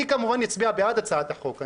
אני כמובן אצביע בעד הצעת החוק.